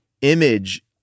image